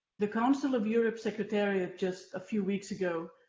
the council of europe secretariat, just a few weeks ago,